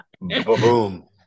boom